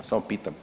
Samo pitam.